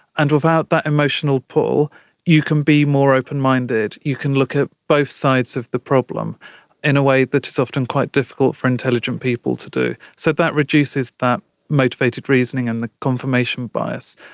and without that emotional pull you can be more open-minded, you can look at both sides of the problem in a way that is often quite difficult for intelligent people to do. so that reduces that motivated reasoning and the confirmation bias.